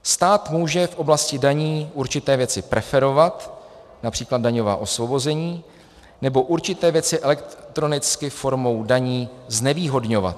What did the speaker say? Stát může v oblasti daní určité věci preferovat, např. daňová osvobození, nebo určité věci elektronicky (?) formou daní znevýhodňovat.